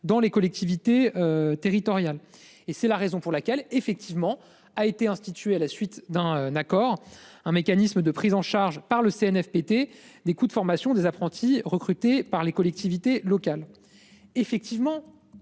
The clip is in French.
dans les collectivités. Territoriales et c'est la raison pour laquelle effectivement a été instituée à la suite d'un accord, un mécanisme de prise en charge par le Cnfpt des coûts de formation des apprentis recrutés par les collectivités locales. Effectivement,